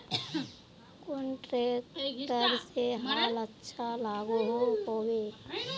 कुन ट्रैक्टर से हाल अच्छा लागोहो होबे?